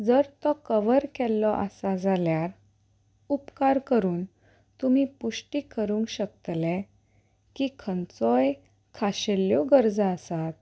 जर तो कवर केल्लो आसा जाल्यार उपकार करून तुमी पुश्टी करूंक शकतले की खंयचोय खाशेल्ल्यो गरजा आसात